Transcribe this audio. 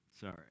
Sorry